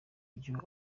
ibyo